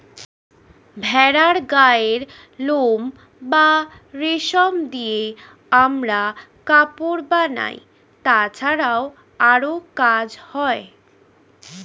ভেড়ার গায়ের লোম বা রেশম দিয়ে আমরা কাপড় বানাই, তাছাড়াও আরো কাজ হয়